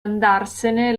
andarsene